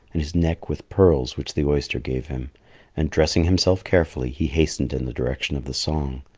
and his neck with pearls which the oyster gave him and dressing himself carefully, he hastened in the direction of the song.